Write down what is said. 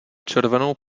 červenou